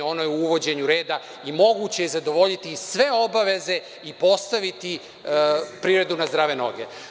Ono je u uvođenju reda i moguće je zadovoljiti sve obaveze i postaviti privredu na zdrave noge.